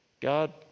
God